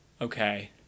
Okay